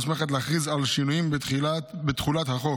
מוסמכת להכריז על שינויים בתחולת החוק.